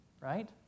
right